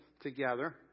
together